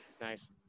Nice